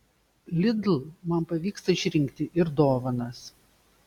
lidl man pavyksta išrinkti ir dovanas